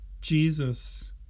Jesus